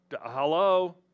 hello